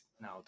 now